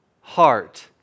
heart